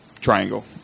triangle